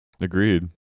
Agreed